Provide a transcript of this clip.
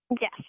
Yes